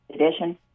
edition